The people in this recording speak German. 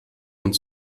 und